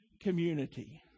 community